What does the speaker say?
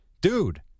Dude